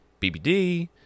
bbd